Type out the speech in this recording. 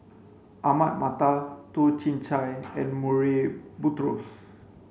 Ahmad Mattar Toh Chin Chye and Murray Buttrose